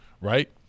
right